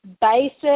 basic